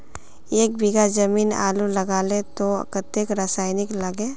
एक बीघा जमीन आलू लगाले तो कतेक रासायनिक लगे?